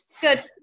Good